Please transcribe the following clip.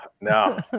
no